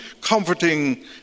comforting